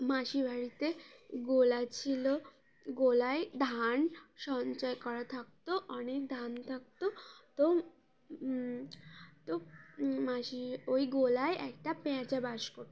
মাসি বাাড়িতে গলা ছিলো গলায় ধান সঞ্চয় করা থাকতো অনেক ধান থাকতো তো তো মাসি ওই গলায় একটা পেঁচা বাস করতো